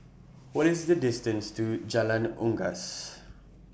What IS The distance to Jalan Unggas